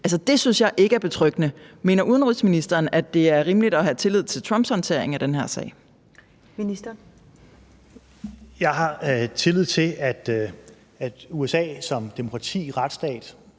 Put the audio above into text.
det synes jeg ikke er betryggende. Mener udenrigsministeren, at det er rimeligt at have tillid til Trumps håndtering af den her sag? Kl. 13:18 Første næstformand (Karen